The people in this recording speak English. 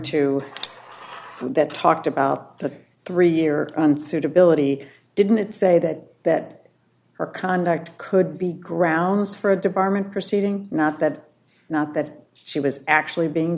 to that talked about the three year unsuitability didn't say that that her conduct could be grounds for a department proceeding not that not that she was actually being